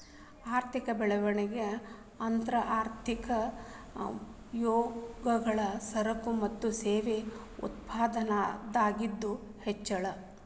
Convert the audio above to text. ಆರ್ಥಿಕ ಬೆಳವಣಿಗೆ ಅಂತಂದ್ರ ಆರ್ಥಿಕತೆ ಯೊಳಗ ಸರಕು ಮತ್ತ ಸೇವೆಗಳ ಉತ್ಪಾದನದಾಗಿಂದ್ ಹೆಚ್ಚಳ